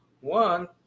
one